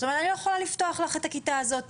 אז את אומרת - אני לא יכולה לפתוח לך את הכיתה הזו.